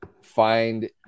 find